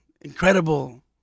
incredible